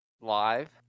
Live